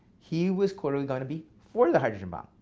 he was clearly going to be for the hydrogen bomb.